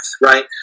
right